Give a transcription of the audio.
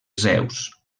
zeus